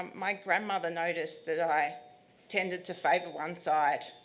um my grandmother noticed that i tended to favour one side.